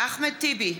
אחמד טיבי,